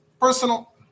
Personal